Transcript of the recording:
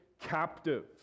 captive